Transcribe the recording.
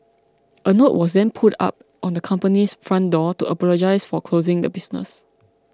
a note was then put up on the company's front door to apologise for closing the business